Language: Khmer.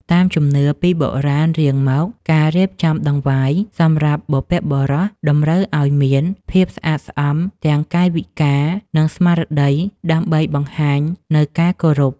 តាមជំនឿពីបុរាណរៀងមកការរៀបចំដង្វាយសម្រាប់បុព្វបុរសតម្រូវឱ្យមានភាពស្អាតស្អំទាំងកាយវិការ និងស្មារតីដើម្បីបង្ហាញនូវការគោរព។